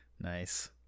Nice